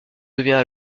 devient